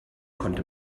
konnte